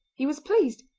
he was pleased,